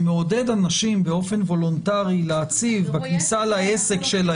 שמעודד אנשים באופן וולנטרי להצהיר בכניסה לעסק שלהם.